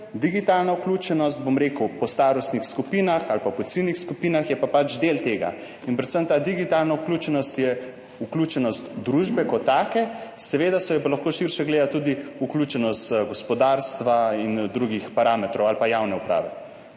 Digitalna vključenost po starostnih skupinah ali pa po ciljnih skupinah je pa pač del tega in predvsem ta digitalna vključenost je vključenost družbe kot take, seveda se jo pa lahko širše gleda, tudi vključenost gospodarstva in drugih parametrov ali pa javne uprave.